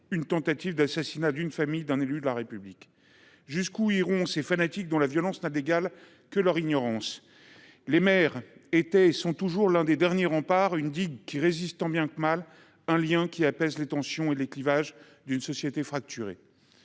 de tentative d’assassinat d’une famille d’un élu de la République. Jusqu’où iront ces fanatiques dont la violence n’a d’égal que l’ignorance ? Les maires étaient et sont toujours l’un des derniers remparts, une digue qui résiste tant bien que mal, un lien qui apaise les tensions et les clivages d’une société fracturée.